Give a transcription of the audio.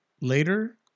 later